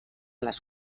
les